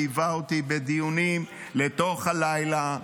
שליווה אותי בדיונים לתוך הלילה,